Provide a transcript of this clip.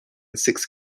six